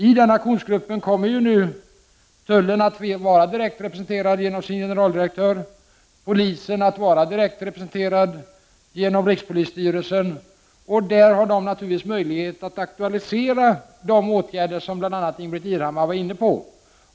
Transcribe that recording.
I denna aktionsgrupp kommer tullen att vara direkt representerad genom sin generaldirektör. Polisen kommer också att vara direkt representerad genom rikspolisstyrelsen. Tullen och polisen har då möjlighet att där aktualisera de åtgärder som bl.a. Ingbritt Irhammar tog upp.